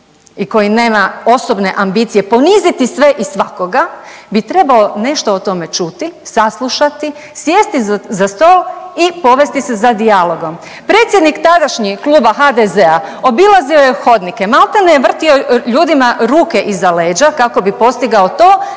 i koji nema osobne ambicije poniziti sve i svakoga, bi trebao nešto o tome čuti, saslušati, sjesti za stol i povesti se za dijalogom. Predsjednik tadašnji Kluba HDZ-a obilazio je hodnike, malte ne je vrtio ljudima ruke iza leđa kako bi postigao to